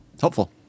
helpful